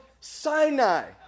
Sinai